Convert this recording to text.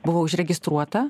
buvo užregistruota